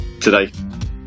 today